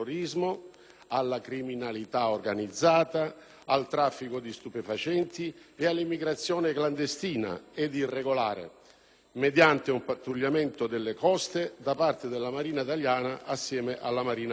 alla criminalità organizzata, al traffico di stupefacenti e all'immigrazione clandestina ed irregolare, mediante un pattugliamento delle coste da parte della Marina italiana insieme alla Marina libica,